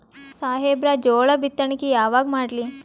ಸಾಹೇಬರ ಜೋಳ ಬಿತ್ತಣಿಕಿ ಯಾವಾಗ ಮಾಡ್ಲಿ?